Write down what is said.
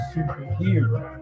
Superhero